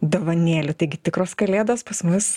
dovanėlių taigi tikros kalėdos pas mus